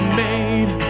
made